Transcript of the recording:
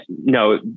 no